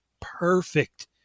perfect